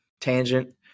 tangent